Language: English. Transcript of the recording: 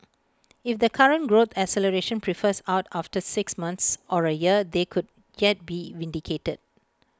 if the current growth acceleration prefers out after six months or A year they could yet be vindicated